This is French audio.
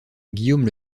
guillaume